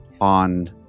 on